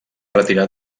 retirar